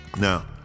Now